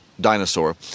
dinosaur